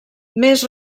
més